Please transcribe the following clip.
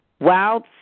Wild